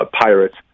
Pirates